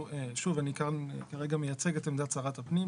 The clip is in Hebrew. שוב, אני כאן כרגע מייצג את עמדת שרת הפנים.